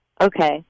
Okay